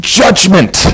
judgment